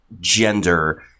gender